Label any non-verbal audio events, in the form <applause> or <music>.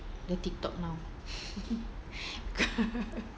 the tik tok now <laughs>